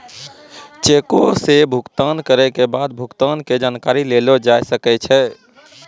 चेको से भुगतान करै के बाद भुगतान के जानकारी लेलो जाय सकै छै